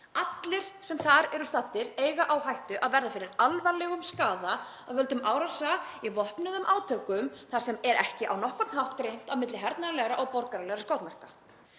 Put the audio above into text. Allir sem þar eru staddir eiga á hættu að verða fyrir alvarlegum skaða af völdum árása í vopnuðum átökum þar sem er ekki á nokkurn hátt greint á milli hernaðarlegra og borgaralegra skotmarka.